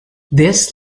this